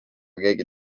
keegi